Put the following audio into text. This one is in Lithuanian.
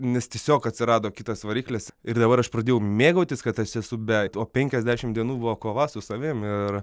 nes tiesiog atsirado kitas variklis ir dabar aš pradėjau mėgautis kad as esu be to penkiadešimt dienų buvo kova su savim ir